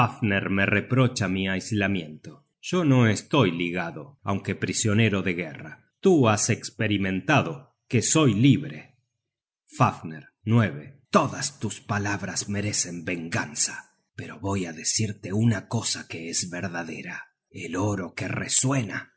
fafner me reprocha mi aislamiento yo no estoy ligado aunque prisionero de guerra tú has esperimentado que soy libre content from google book search generated at todas tus palabras merecen venganza pero voy á decirte una cosa que es verdadera el oro que resuena